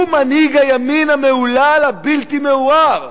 הוא מנהיג הימין המהולל הבלתי-מעורער,